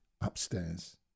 upstairs